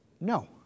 no